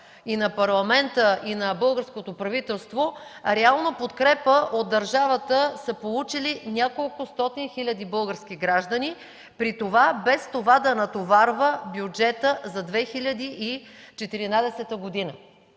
и на Парламента, и на българското правителство реална подкрепа от държавата са получили няколкостотин хиляди български граждани, при това без това да натоварва бюджетът за 2014 г.